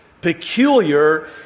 peculiar